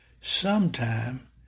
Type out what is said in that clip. sometime